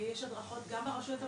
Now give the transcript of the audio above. יש הדרכות גם ברשויות המקומיות,